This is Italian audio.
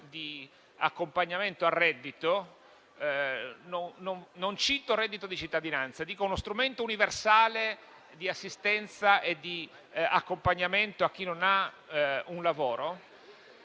di accompagnamento al reddito (non cito il reddito di cittadinanza, ma parlo di uno strumento universale di assistenza e di accompagnamento a chi non ha un lavoro)